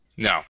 No